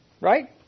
Right